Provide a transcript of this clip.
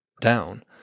down